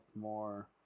more